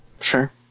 Sure